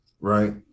right